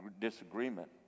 disagreement